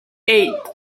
eight